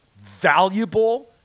valuable